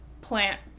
plant